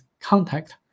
contact